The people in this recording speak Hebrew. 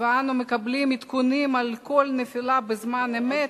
ואנו מקבלים עדכונים על כל נפילה בזמן אמת,